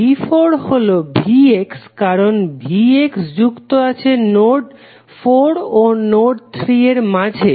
V4 হলো Vx কারণ Vx যুক্ত আছে নোড 4 ও নোড 3 এর মাঝে